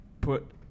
put